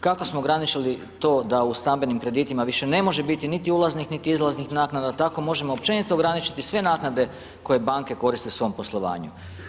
Kako smo graničili to da u stambenim kreditima više ne može biti niti ulaznih niti izlaznih naknada, tako možemo općenito ograničiti sve naknade koje banke koriste u svom poslovanju.